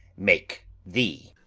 make thee.